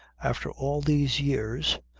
after all these years,